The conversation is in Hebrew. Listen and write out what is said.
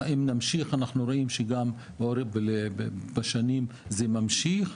אם נמשיך אנחנו רואים שגם עם השנים זה ממשיך,